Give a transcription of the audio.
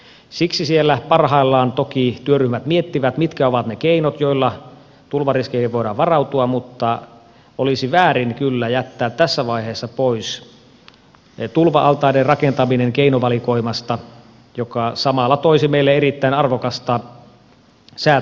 siksi siellä parhaillaan toki työryhmät miettivät mitkä ovat ne keinot joilla tulvariskeihin voidaan varautua mutta olisi väärin kyllä jättää tässä vaiheessa keinovalikoimasta pois tulva altaiden rakentaminen joka samalla toisi meille erittäin arvokasta säätösähköä